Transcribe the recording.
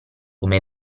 come